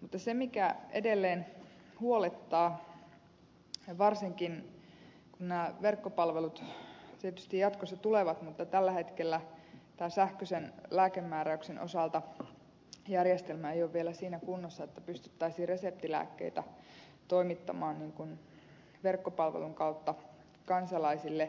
mutta se mikä edelleen huolettaa varsinkin kun nämä verkkopalvelut tietysti jatkossa tulevat mutta tällä hetkellä tämän sähköisen lääkemääräyksen osalta järjestelmä ei ole vielä siinä kunnossa että pystyttäisiin reseptilääkkeitä toimittamaan verkkopalvelun avulla kansalaisille